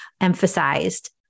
emphasized